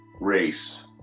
race